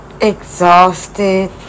exhausted